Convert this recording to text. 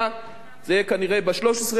זה יהיה כנראה ב-13 בספטמבר,